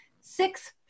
Six